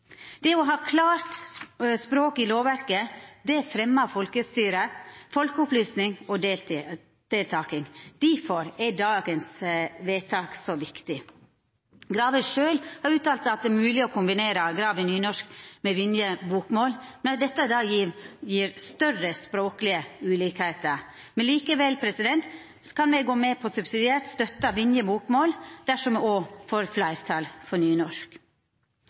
Det å ha klart språk i lovverket fremjar folkestyre, folkeopplysning og deltaking. Difor er dagens vedtak så viktig. Graver sjølv har uttalt at det er mogleg å kombinera Graver-utvalets nynorskversjon med Vinjes bokmålversjon, men at dette gjev større språkleg ulikskap. Likevel kan me gå med på subsidiært å støtta Vinjes bokmålversjon, dersom me òg får fleirtal for nynorsk.